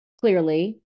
clearly